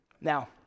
Now